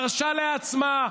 מרשה לעצמה,